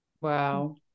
Wow